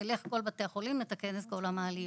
נלך לכל בתי החולים לתקן את כל המעליות.